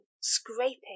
scraping